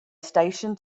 station